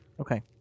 Okay